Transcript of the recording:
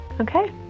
okay